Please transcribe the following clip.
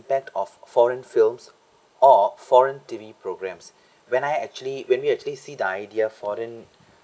that of foreign films or foreign T_V programs when I actually when we actually see the idea foreign